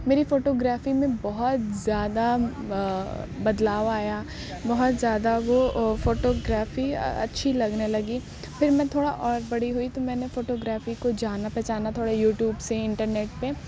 میری photography میں بہت زیادہ بدلاؤ آیا بہت زیادہ وہ فوٹو گرافی اچھی لگنے لگی پھر میں تھوڑا اور بڑی ہوئی تو میں نے فوٹو گرافی کو جانا پہچانا تھوڑے یو ٹیوب سے انٹرنیٹ پہ